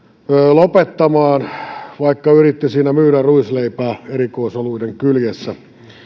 lopettamaan vaikka yritti siinä myydä ruisleipää erikoisoluiden kyljessä